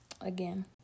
again